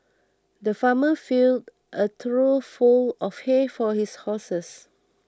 the farmer filled a trough full of hay for his horses